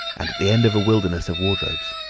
and at the end of a wilderness of wardrobes.